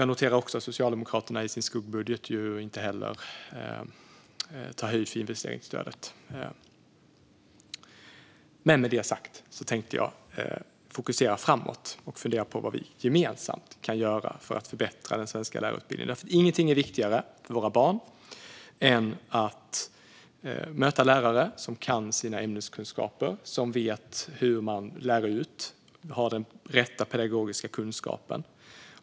Jag noterar också att Socialdemokraterna i sin skuggbudget inte heller tar höjd för investeringsstödet. Men med detta sagt tänkte jag fokusera framåt och fundera på vad vi gemensamt kan göra för att förbättra den svenska lärarutbildningen. Ingenting är ju viktigare för våra barn än att möta lärare med goda ämneskunskaper, som vet hur man lär ut och har den rätta pedagogiska kunskapen.